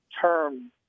term